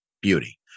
beauty